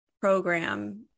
program